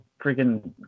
freaking